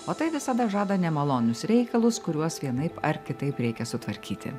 o tai visada žada nemalonius reikalus kuriuos vienaip ar kitaip reikia sutvarkyti